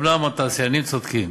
אומנם התעשיינים צודקים,